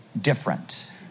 different